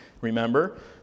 remember